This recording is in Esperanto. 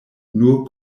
nur